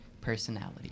personality